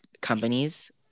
companies